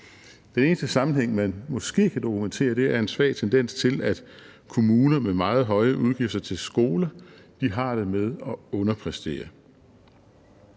Den eneste sammenhæng, man måske kan dokumentere, er en svag tendens til, at kommuner med meget høje udgifter til skoler har det med at underpræstere.